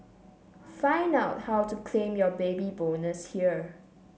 find out how to claim your Baby Bonus here